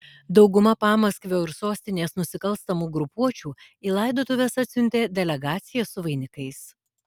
dauguma pamaskvio ir sostinės nusikalstamų grupuočių į laidotuves atsiuntė delegacijas su vainikais